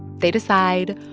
they decide,